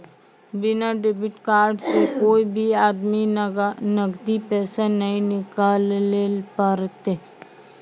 बिना debit card से कोय भी आदमी नगदी पैसा नाय निकालैल पारतै